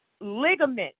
ligament